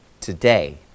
today